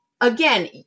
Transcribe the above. again